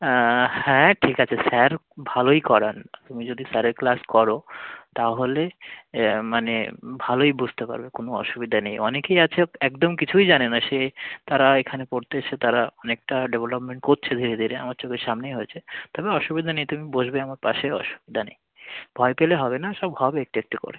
অ্যাঁ হ্যাঁ ঠিক আছে স্যার ভালোই করান তুমি যদি স্যারের ক্লাস করো তাহলে মানে ভালোই বুঝতে পারবে কোনো অসুবিধা নেই অনেকেই আছে একদম কিছুই জানে না সে তারা এখানে পড়তে এসেছে তারা অনেকটা ডেভেলপমেন্ট করছে ধীরে ধীরে আমার চোখের সামনেই হয়েছে তবে অসুবিধা নেই তুমি বসবে আমার পাশে অসুবিধা নেই ভয় পেলে হবে না সব হবে একটু একটু করে